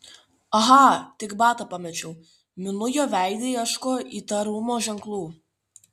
aha tik batą pamečiau minu jo veide ieškojo įtarumo ženklų